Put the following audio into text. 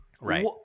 right